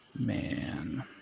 Man